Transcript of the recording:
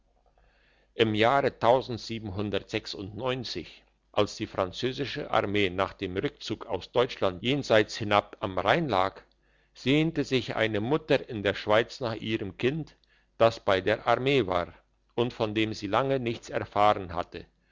im jahre als die französische armee nach dem rückzug aus deutschland jenseits hinab am rhein lag sehnte sich eine mutter in der schweiz nach ihrem kind das bei der armee war und von dem sie lange nichts erfahren hatte